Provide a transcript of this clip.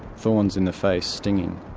thorns in the face stinging.